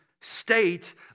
state